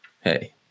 hey